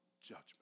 judgment